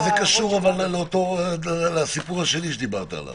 מה זה קשור אבל לסיפור השני שדיברת עליו?